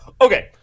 okay